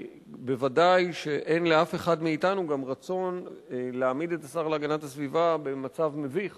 ודאי שאין לאף אחד מאתנו גם רצון להעמיד את השר להגנת הסביבה במצב מביך